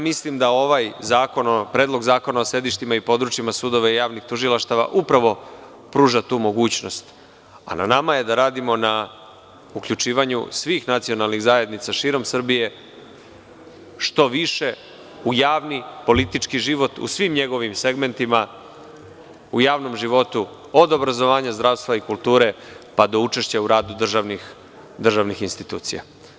Mislim da ovaj Predlog zakona o sedištima i područjima sudova i javnih tužilaštava upravo pruža tu mogućnost, a na nama je da radimo na uključivanju svih nacionalnih zajednica širom Srbije što više u javni politički život u svim njegovim segmentima, u javnom životu od obrazovanja, zdravstva i kulture, pa do učešća u radu državnih institucija.